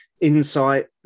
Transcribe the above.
insight